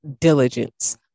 diligence